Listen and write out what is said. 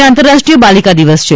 આજે આંતરરાષ્ટ્રીય બાલિકા દિવસ છે